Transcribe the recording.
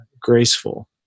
graceful